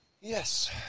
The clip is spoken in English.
yes